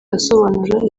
asobanura